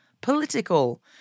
political